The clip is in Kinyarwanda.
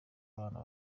abana